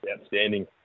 outstanding